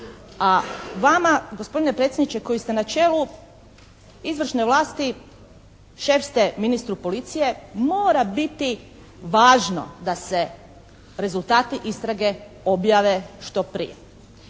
A vama gospodine predsjedniče koji ste na čelu izvršne vlasti šef ste ministru policije mora biti važno da se rezultati istrage objave što prije.